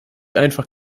einfach